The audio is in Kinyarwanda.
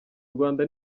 rwanda